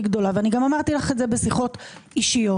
גדולה וגם אמרתי לך את זה בשיחות אישיות